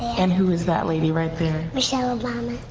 and who is that lady right there? michelle obama.